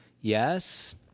yes